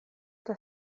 eta